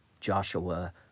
Joshua